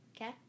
Okay